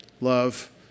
love